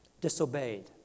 disobeyed